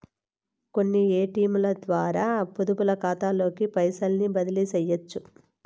కొన్ని ఏటియంలద్వారా పొదుపుకాతాలోకి పైసల్ని బదిలీసెయ్యొచ్చు